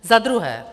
Za druhé.